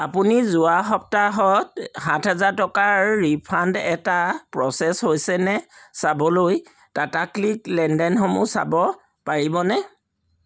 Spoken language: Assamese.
আপুনি যোৱা সপ্তাহত সাত হাজাৰ টকাৰ ৰিফাণ্ড এটা প্ৰ'চেছ হৈছে নে চাবলৈ টাটা ক্লিক লেনদেনসমূহ চাব পাৰিবনে